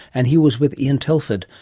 and he was with ian telford,